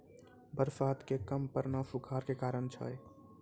बरसात के कम पड़ना सूखाड़ के कारण छै